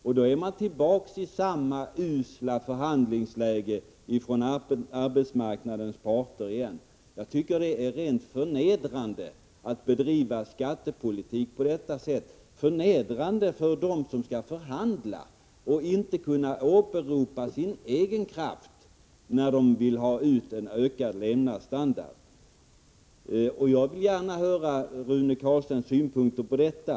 Och då är man tillbaka i samma usla förhandlingsläge för arbetsmarknadens parter igen. Det är rent av förnedrande att regeringen bedriver skattepolitiken på det sättet — förnedrande för dem som skall förhandla att inte kunna åberopa sin egen kraft när de vill ha ut en lönehöjning som medger ökad levnadsstandard. Jag vill gärna höra Rune Carlsteins synpunkter på detta.